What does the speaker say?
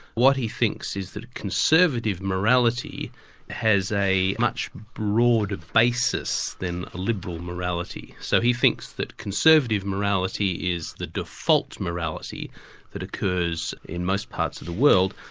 what he thinks is that conservative morality has a much broader basis than liberal morality. so he thinks that conservative morality is the default morality that occurs in most parts of the world,